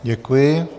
Děkuji.